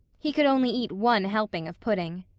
he could only eat one helping of pudding.